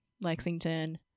Lexington